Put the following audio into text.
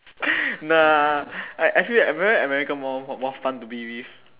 nah like I I feel like American American more more fun to be with